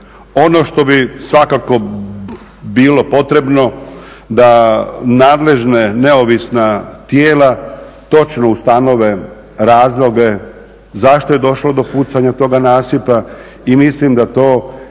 Ono što bi svakako bilo potrebno da nadležna, neovisna tijela točno ustanove razloge zašto je došlo do pucanja toga nasipa i mislim da to